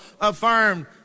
affirmed